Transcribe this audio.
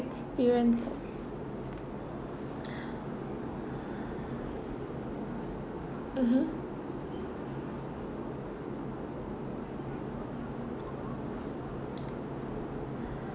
~periences mmhmm